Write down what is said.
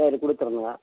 சரி கொடுத்துட்றேணுங்க